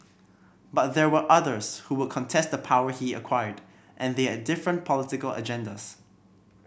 but there were others who would contest the power he acquired and they had different political agendas